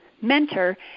mentor